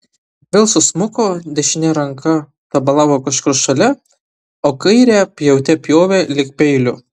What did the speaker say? vėl susmuko dešinė ranka tabalavo kažkur šalia o kairę pjaute pjovė lyg peiliu